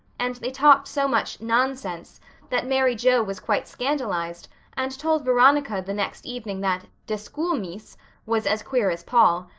and they talked so much nonsense that mary joe was quite scandalized and told veronica the next evening that de school mees was as queer as paul.